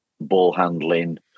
ball-handling